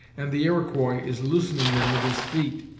and the iroquois is loosening them with his feet!